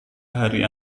hari